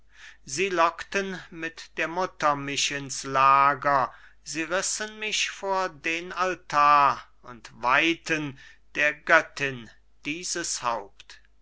sie lockten mit der mutter mich in's lager sie rissen mich vor den altar und weihten der göttin dieses haupt